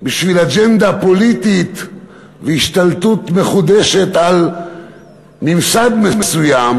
בשביל אג'נדה פוליטית והשתלטות מחודשת על ממסד מסוים,